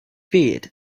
beard